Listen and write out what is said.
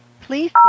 Please